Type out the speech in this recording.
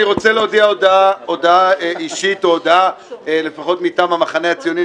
אני רוצה להודיע הודעה אישית או הודעה לפחות מטעם המחנה הציוני.